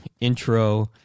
intro